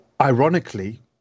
ironically